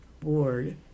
board